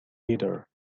header